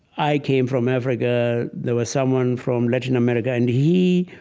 i came from africa. there was someone from latin america, and he